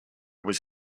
was